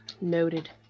Noted